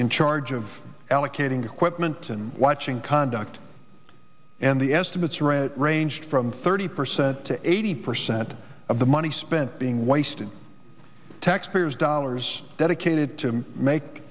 in charge of allocating equipment and watching conduct and the estimates range from thirty percent to eighty percent of the money spent being wasted taxpayers dollars dedicated to make